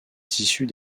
tissus